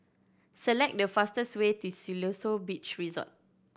select the fastest way to Siloso Beach Resort